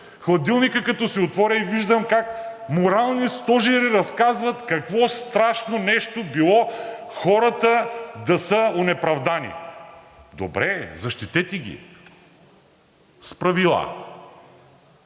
хладилника като си отворя и виждам как морални стожери разказват какво страшно нещо било хората да са онеправдани. Добре, защитете ги с правила.